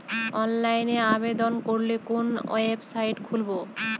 অনলাইনে আবেদন করলে কোন ওয়েবসাইট খুলব?